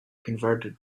converted